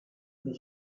the